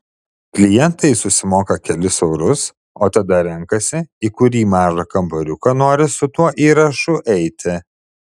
klientai susimoka kelis eurus o tada renkasi į kurį mažą kambariuką nori su tuo įrašu eiti